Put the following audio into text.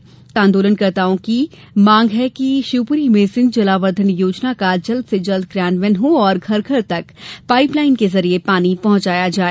इन आंदोलन कर्ताओं की मांग है कि शिवपुरी में सिंध जल आवर्धन योजना का जल्द से जल्द क्रियान्वन हो और घर घर तक पाइपलाइन के जरिए पानी पहुंचाया जाए